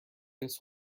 this